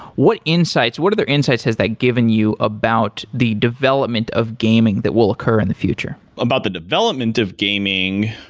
what insights? what other insights has that given you about the development of gaming that will occur in the future? about the development of gaming,